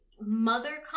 mother